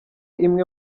imwe